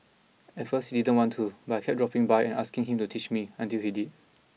at first he didn't want to but I kept dropping by and asking him to teach me until he did